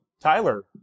tyler